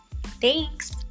Thanks